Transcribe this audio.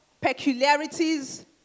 peculiarities